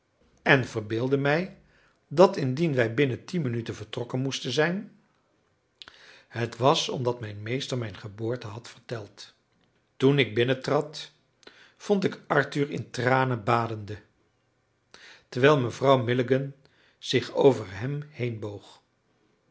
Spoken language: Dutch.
en verbeeldde mij dat indien wij binnen tien minuten vertrokken moesten zijn het was omdat mijn meester mijn geboorte had verteld toen ik binnentrad vond ik arthur in tranen badende terwijl mevrouw milligan zich over hem heenboog